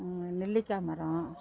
நெல்லிக்காய் மரம்